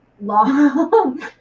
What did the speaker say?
long